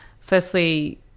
firstly